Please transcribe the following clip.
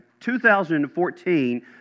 2014